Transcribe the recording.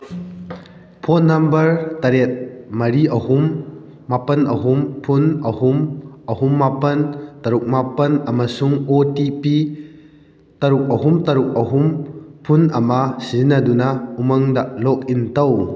phone number ꯇꯔꯦꯠ ꯃꯔꯤ ꯑꯍꯨꯝ ꯃꯄꯥꯜ ꯑꯍꯨꯝ ꯐꯨꯟ ꯑꯍꯨꯝ ꯑꯍꯨꯝ ꯃꯄꯥꯜ ꯇꯔꯨꯛ ꯃꯄꯥꯜ ꯑꯃꯁꯨꯡ ꯑꯣ ꯇꯤ ꯄꯤ ꯇꯔꯨꯛ ꯑꯍꯨꯝ ꯇꯔꯨꯛ ꯑꯍꯨꯝ ꯐꯨꯟ ꯑꯃ ꯁꯤꯖꯤꯟꯅꯗꯨꯅ ꯎꯃꯪꯗ ꯂꯣꯛꯏꯟ ꯇꯧ